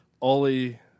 Ollie